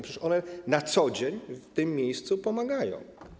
Przecież one na co dzień w tym miejscu pomagają.